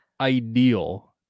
ideal